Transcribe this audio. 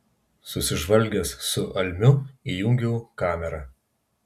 susižvalgęs su almiu įjungiau kamerą